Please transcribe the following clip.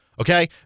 Okay